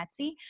Etsy